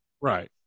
Right